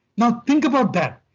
now think about that.